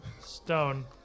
stone